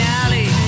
alley